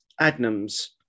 Adnams